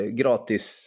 gratis